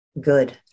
good